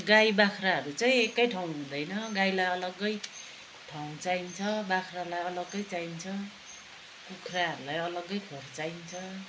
गाई बाख्राहरू चाहिँ एकै ठाउँ हुँदैन गाईलाई अलग्गै ठाउँ चाहिन्छ बाख्रालाई अलग्गै चाहिन्छ कुखुराहरूलाई अलग्गै खोर चाहिन्छ